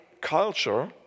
culture